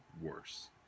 worse